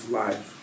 life